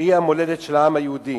שהיא המולדת של העם היהודי.